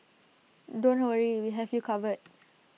don't worry we have you covered